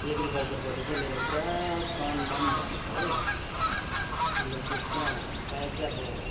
एग्रिकल्चरपट्टि चाहिँ मेरो पुरा तन मन धन छ हो अन्त त्यसमा प्रायः चाहिँ अब